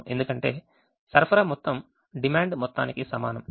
ఎందుకంటే సరఫరా మొత్తం డిమాండ్ మొత్తానికి సమానం